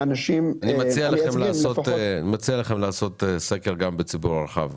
אני מציע לכם לעשות סקר גם בקרב הציבור הרחב.